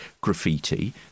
graffiti